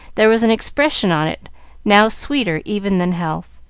there was an expression on it now sweeter even than health.